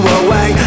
away